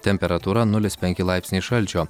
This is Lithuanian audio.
temperatūra nulis penki laipsniai šalčio